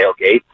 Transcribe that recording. tailgate